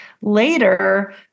later